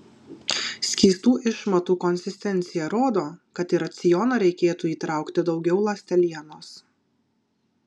skystų išmatų konsistencija rodo kad į racioną reikėtų įtraukti daugiau ląstelienos